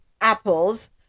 apples